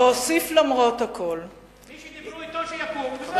ואוסיף, למרות הכול, מי שדיברו אתו, שיקום וזהו.